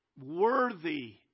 worthy